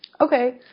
Okay